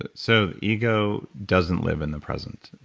and so ego doesn't live in the present?